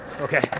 Okay